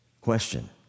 Question